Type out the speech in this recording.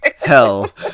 Hell